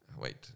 wait